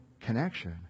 connection